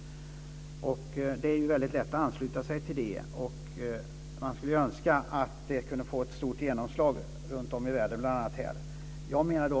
Det är väldigt lätt att ansluta sig till detta. Man skulle önska att det kunde få ett stort genomslag runtom i världen, bl.a. här.